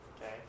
okay